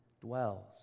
dwells